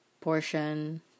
portion